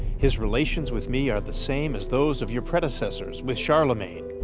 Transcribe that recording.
his relations with me are the same as those of your predecessors with charlemagne.